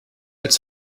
als